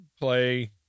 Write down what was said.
play